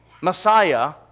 Messiah